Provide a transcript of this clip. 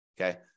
okay